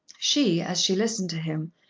she, as she listened to him,